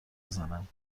بزنم